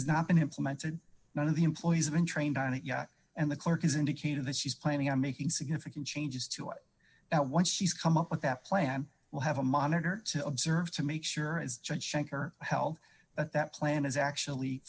not been implemented none of the employees have been trained on it yet and the clerk has indicated that she's planning on making significant changes to that once she's come up with that plan we'll have a monitor to observe to make sure as john shanker held that plan is actually